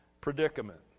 predicament